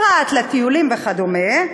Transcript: פרט לטיולים וכדומה,